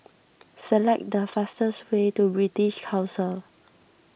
select the fastest way to British Council